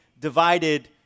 divided